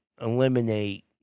eliminate